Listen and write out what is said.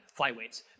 flyweights